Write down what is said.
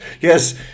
Yes